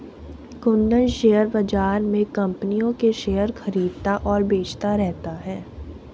Kundan share बाज़ार में कम्पनियों के शेयर खरीदता और बेचता रहता है